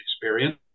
experience